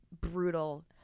brutal